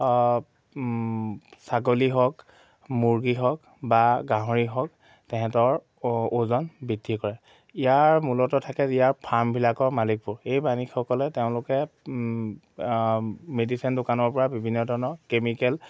ছাগলী হওক মুৰ্গী হওক বা গাহৰি হওক তেহেঁতৰ ওজন বৃদ্ধি কৰে ইয়াৰ মূলতঃ থাকে ইয়াৰ ফাৰ্মবিলাকৰ মালিকবোৰ এই মালিকসকলে তেওঁলোকে মেডিচিন দোকানৰ পৰা বিভিন্ন ধৰণৰ কেমিকেল